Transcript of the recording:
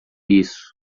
isso